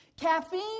Caffeine